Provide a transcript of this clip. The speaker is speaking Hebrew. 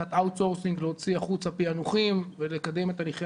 קצת מיקור חוץ להוציא החוצה פענוחים ולקדם את תהליכי